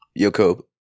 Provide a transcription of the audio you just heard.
Yoko